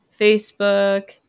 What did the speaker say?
Facebook